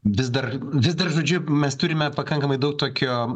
vis dar vis dar žodžiu mes turime pakankamai daug tokio